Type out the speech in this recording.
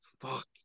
fuck